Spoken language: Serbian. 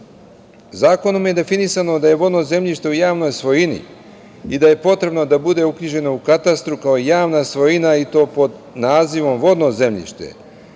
Zakonom je definisano da je vodno zemljište u javnoj svojini i da je potrebno da bude uknjiženo u katastru, kao javna svojina i to pod nazivom - vodno zemljište.